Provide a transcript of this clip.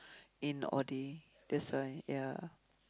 in audi that's why ya